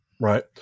right